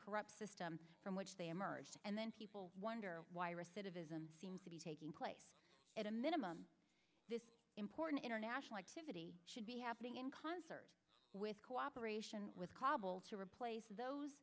corrupt system from which they emerged and then people wonder why recidivism seems to be taking place at a minimum this important international activity should be happening in concert with cooperation with kabul to replace those